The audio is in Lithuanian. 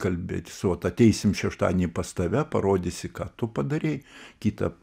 kalbėtis vat ateisim šeštadienį pas tave parodysi ką tu padarei kitą